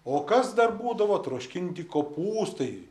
o kas dar būdavo troškinti kopūstai